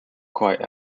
quite